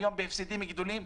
היום בהפסדים גדולים,